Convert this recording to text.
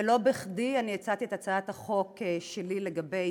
ולא בכדי אני הצעתי את הצעת החוק שלי לגבי